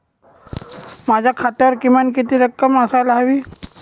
माझ्या खात्यावर किमान किती रक्कम असायला हवी?